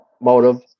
motive